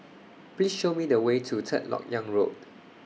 Please Show Me The Way to Third Lok Yang Road